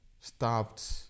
stopped